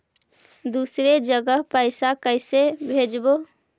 दुसरे जगह पैसा कैसे भेजबै?